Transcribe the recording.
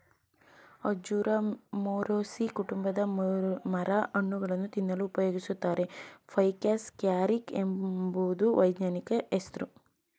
ಅಂಜೂರ ಮೊರೇಸೀ ಕುಟುಂಬದ ಮರ ಹಣ್ಣುಗಳನ್ನು ತಿನ್ನಲು ಉಪಯೋಗಿಸುತ್ತಾರೆ ಫೈಕಸ್ ಕ್ಯಾರಿಕ ಎಂಬುದು ವೈಜ್ಞಾನಿಕ ಹೆಸ್ರು